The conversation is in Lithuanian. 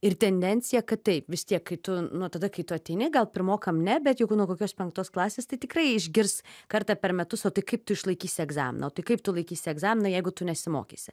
ir tendenciją kad taip vis tiek kai tu nuo tada kai tu ateini gal pirmokam ne bet jeigu nuo kokios penktos klasės tai tikrai išgirs kartą per metus o tai kaip tu išlaikysi egzaminą kaip tu laikysi egzaminą jeigu tu nesimokysi